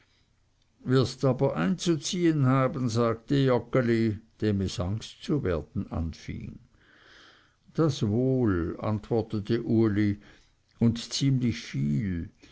wirst aber einzuziehen haben sagte joggeli dem es angst zu werden anfing das wohl antwortete uli und ziemlich viel